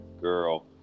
girl